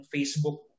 Facebook